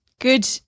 Good